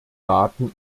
daten